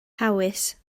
hawys